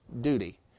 duty